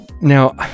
now